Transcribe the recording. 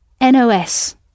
N-O-S